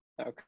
Okay